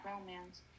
romance